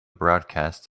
broadcast